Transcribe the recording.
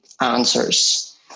answers